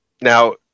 Now